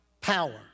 Power